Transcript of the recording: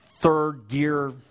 third-gear